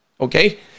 Okay